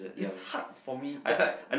is hard for me is like